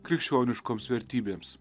krikščioniškoms vertybėms